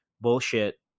bullshit